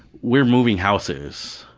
we're moving houses,